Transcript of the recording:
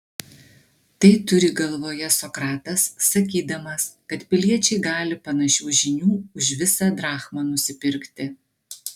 tai turi galvoje sokratas sakydamas kad piliečiai gali panašių žinių už visą drachmą nusipirkti